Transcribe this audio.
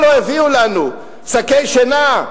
מה לא הביאו לנו, שקי שינה,